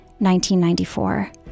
1994